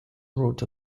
wrote